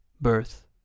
birth